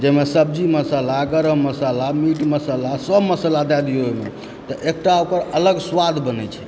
जाहिमे सब्जी मसाला गरम मसाला मीट मसाला सभ मसाला दय दिऔ ओहिमे तऽ एकटा ओकर अलग स्वाद बनय छै